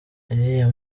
iriya